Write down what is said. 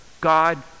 God